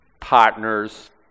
partners